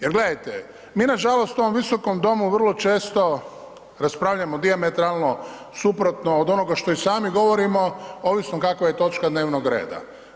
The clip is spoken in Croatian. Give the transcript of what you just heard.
Jer gledajte, mi nažalost u ovom visokom domu vrlo često raspravljamo dijametralno suprotno od onoga što i sami govorimo, ovisno kakva je točka dnevnog reda.